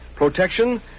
Protection